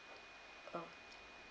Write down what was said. oh